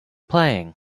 playing